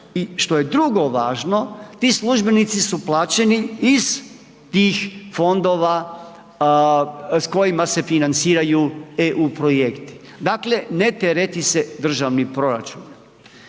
i što je drugo važno, ti službenici su plaćeni iz tih fondova s kojima se financiraju EU projekti. Dakle, ne tereti se državni proračun.